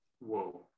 Whoa